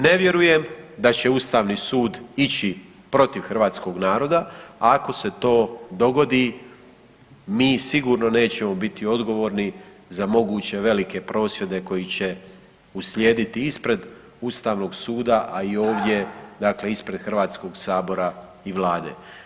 Ne vjerujem da će Ustavni sud ići protiv hrvatskog naroda, a ako se to dogodi mi sigurno nećemo biti odgovorni za moguće velike prosvjede koji će uslijediti ispred Ustavnog suda, a i ovdje ispred HS-a i Vlade.